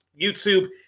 youtube